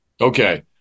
okay